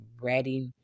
ready